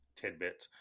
tidbit